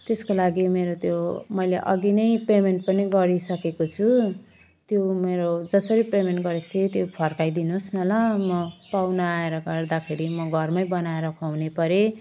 त्यसको लागि मेरो त्यो मैले अघि नै पेमेन्ट पनि गरिसकेको छु त्यो मेरो जसरी पेमेन्ट गरेको थिएँ त्यो फर्काइदिनु होस् न ल म पाहुना आएर गर्दाखेरि म घरमै बनाएर खुवाउने परेँ